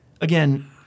again